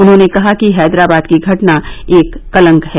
उन्होंने कहा कि हैदराबाद की घटना एक कलंक है